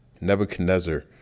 Nebuchadnezzar